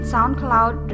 SoundCloud